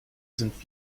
sind